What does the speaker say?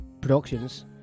productions